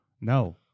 No